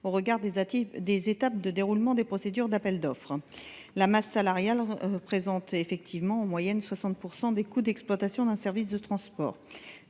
au regard des étapes de déroulement des procédures d’appel d’offres. Or la masse salariale représente en moyenne 60 % des coûts d’exploitation d’un service de transport.